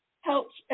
helps